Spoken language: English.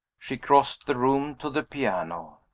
she crossed the room to the piano.